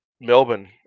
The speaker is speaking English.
Melbourne